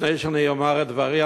לפני שאני אומר את דברי,